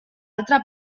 altra